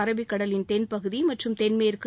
அரபிக்கடலிள் தென்பகுதி மற்றும் தென்மேற்கு